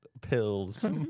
Pills